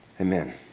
Amen